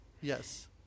yes